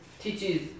teaches